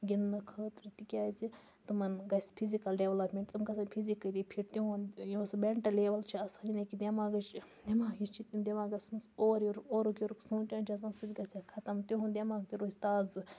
گِنٛدنہٕ خٲطرٕ تکیازِ تِمَن گَژھِ پھِزِکَل ڈیٚولَپمنٛٹ تِم گَژھَن پھِزِکَلی پھِٹ تِہُنٛد یۄس میٚنٛٹَل لیٚوَل چھِ آسان یعنے کہِ دٮ۪ماغٕچ دٮ۪ماغَس چھِ تِم دٮ۪ماغَس مَنٛز اورٕ یورٕ اورُک یورُک سونٚچان چھِ آسان سُہ تہِ گَژھہِ ہا خَتم تِہُنٛد دٮ۪ماغ تہِ روزِ تازٕ